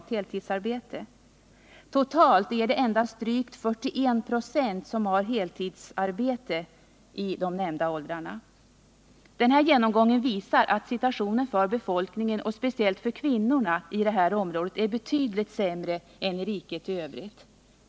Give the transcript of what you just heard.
Totalt är det endast drygt 41 26 som har heltidsarbete i de nämnda åldrarna. Denna genomgång visar att situationen för kvinnor i detta område är Nr 44 betydligt sämre än i riket f. ö.